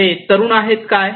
ते तरुण आहेत काय